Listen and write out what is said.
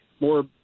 More